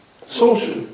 Social